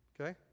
okay